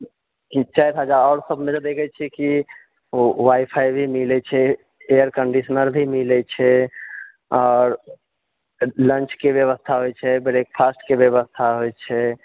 चारि हजार आओरसभमे तऽ देखत छियै कि ओऽ वाई फाई भी मिलैत छै एयर कन्डिशनर भी मिलैत छै आओर लंचके व्यवस्था होइत छै ब्रेकफास्टके व्यवस्था होइत छै